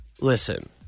listen